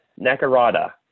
Nakarada